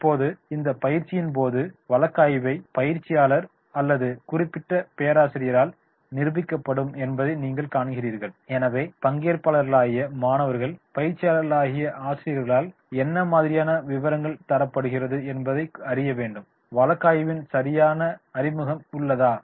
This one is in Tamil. இப்போது இந்த பயிற்சியின்போது வழக்காய்வை பயிற்சியாளர் அல்லது குறிப்பிட்ட பேராசிரியரால் நிரூபிக்கப்படும் என்பதை நீங்கள் காண்கிறீர்கள் எனவே பங்கேற்பாளர்களாகிய மாணவர்கள் பயிற்சியாளர்களாகிய ஆசிரியர்களால் என்னமாதிரியான விவரங்கள் தரப்படுகிறது என்பதை அறிய வேண்டும் வழக்கு ஆய்வின் சரியான அறிமுகம் உள்ளதா